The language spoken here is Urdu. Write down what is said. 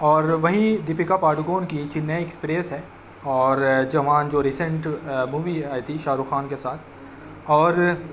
اور وہیں دیپیکا پادوکون کی چنئی ایکسپریس ہے اور جوان جو ریسینٹ مووی آئی تھی شاہ رخ خان کے ساتھ اور